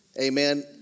Amen